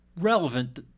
relevant